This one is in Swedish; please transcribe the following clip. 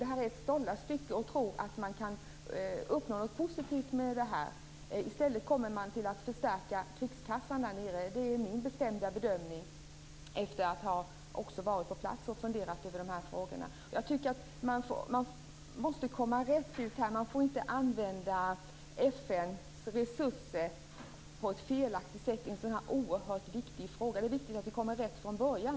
Det är ett "stollastycke" att tro att man kan uppnå något positivt med det här. I stället kommer man att förstärka krigskassan där nere. Det är min bestämda bedömning efter att också ha varit på plats för att fundera över de här frågorna. Jag tycker att man måste komma rätt här. Man får inte använda FN:s resurser på ett felaktigt sätt i en sådan här oerhört viktig fråga. Det är viktigt att vi kommer rätt från början.